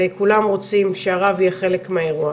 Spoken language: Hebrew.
כולם רוצים שהרב יהיה חלק מהאירוע,